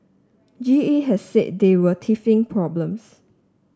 G E has said they were teething problems